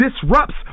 disrupts